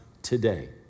today